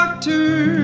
Doctor